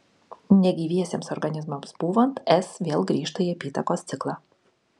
negyviesiems organizmams pūvant s vėl grįžta į apytakos ciklą